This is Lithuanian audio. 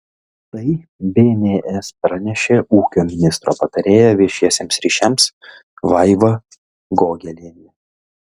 tai bns pranešė ūkio ministro patarėja viešiesiems ryšiams vaiva gogelienė